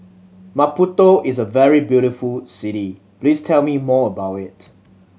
Maputo is a very beautiful city please tell me more about it